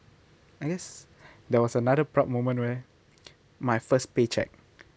I guess there was another proud moment where my first paycheck